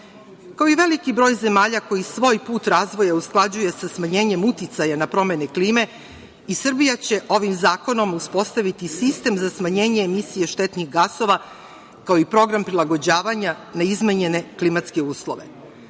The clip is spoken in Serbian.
i veliki broj zemalja koje svoj put razvoja usklađuju sa smanjenjem uticaja na promenu klime, i Srbija će ovim zakonom uspostaviti sistem za smanjenje emisije štetnih gasova, kao i program prilagođavanja na izmenjene klimatske uslove.